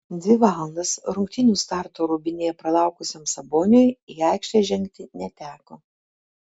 dvi valandas rungtynių starto rūbinėje pralaukusiam saboniui į aikštę žengti neteko